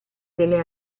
delle